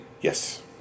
Yes